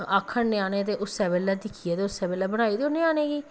आक्खन ञ्यानें ते उस्सै बेल्लै दिक्खियै ते बनाई देओ ञ्यानें गी